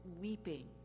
weeping